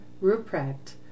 Ruprecht